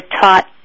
taught